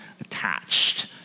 attached